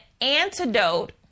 antidote